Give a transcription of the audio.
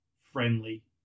friendly